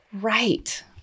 Right